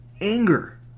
anger